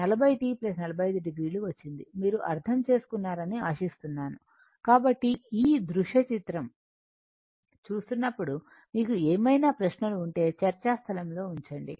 మీరు అర్ధం చేసుకున్నారని ఆశిస్తున్నాను కాబట్టి ఈ దృశ్య చిత్రం చూస్తున్నప్పుడు మీకు ఏమైనా ప్రశ్నలు ఉంటే చర్చాస్థలంలో ఉంచండి